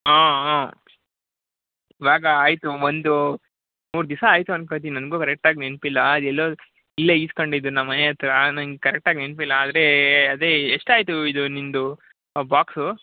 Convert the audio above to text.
ಹಾಂ ಹಾಂ ಇವಾಗ ಆಯಿತು ಒಂದು ಮೂರು ದಿವಸ ಆಯಿತು ಅನ್ಕೋತೀನಿ ನನಗೂ ಕರೆಕ್ಟಾಗಿ ನೆನಪಿಲ್ಲ ಅದು ಎಲ್ಲೋ ಇಲ್ಲೇ ಇಸ್ಕೊಂಡಿದ್ದು ನಮ್ಮ ಮನೆ ಹತ್ರ ನಂಗೆ ಕರೆಕ್ಟಾಗಿ ನೆನಪಿಲ್ಲ ಆದರೆ ಅದೇ ಎಷ್ಟಾಯಿತು ಇದು ನಿನ್ನದು ಬಾಕ್ಸು